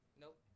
Nope